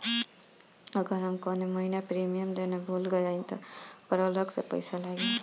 अगर हम कौने महीने प्रीमियम देना भूल जाई त ओकर अलग से पईसा लागी?